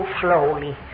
slowly